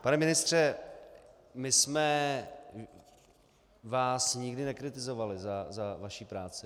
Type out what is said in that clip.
Pane ministře, my jsme vás nikdy nekritizovali za vaši práci.